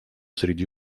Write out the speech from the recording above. среди